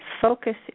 focus